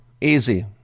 Easy